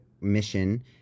mission